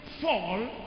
fall